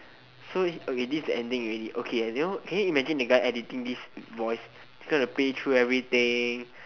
so okay this is the ending already okay can you imagine the guy who is going to edit this voice he is going to play through everything